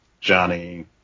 Johnny